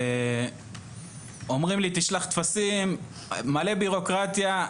ואומרים לי: תשלח טפסים, מלא בירוקרטיה.